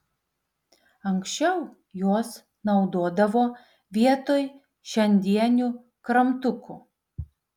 anksčiau juos naudodavo vietoj šiandienių kramtukų